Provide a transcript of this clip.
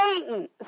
Satan